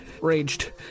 raged